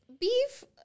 beef